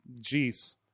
jeez